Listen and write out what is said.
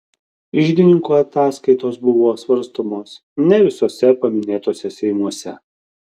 iždininkų ataskaitos buvo svarstomos ne visuose paminėtuose seimuose